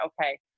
okay